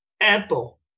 Apple